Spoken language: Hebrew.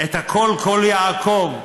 הקול קול יעקב,